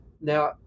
Now